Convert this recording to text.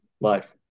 life